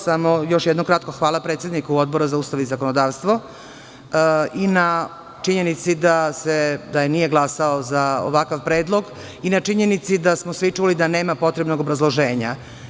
Samo još jedno kratko hvala predsedniku Odbora za Ustav i zakonodavstvo i na činjenici da nije glasao za ovakav predlog i na činjenici da smo svi čuli da nema potrebnog obrazloženja.